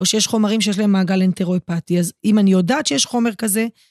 או שיש חומרים שיש להם מעגל אנטרואיפטי, אז אם אני יודעת שיש חומר כזה...